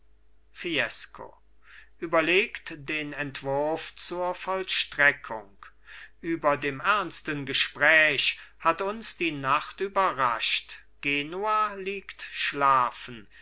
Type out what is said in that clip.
fiesco überlegt den entwurf zur vollstreckung über dem ernsten gespräch hat uns die nacht überrascht genua liegt schlafen